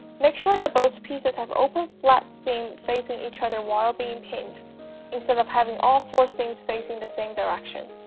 make sure that both pieces have open flat seam facing each other while being pinned instead of having all four seams facing the same direction